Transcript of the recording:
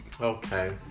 Okay